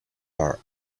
part